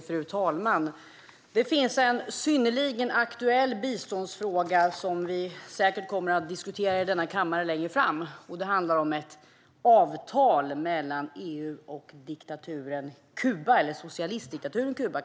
Fru talman! Det finns en synnerligen aktuell biståndsfråga som vi säkert kommer att diskutera i denna kammare längre fram, och den handlar om ett avtal mellan EU och socialistdiktaturen Kuba.